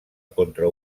contra